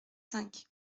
cinq